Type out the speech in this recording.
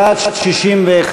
בעד, 61,